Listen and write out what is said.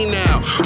now